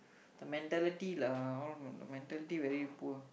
the mentality lah all mentality very poor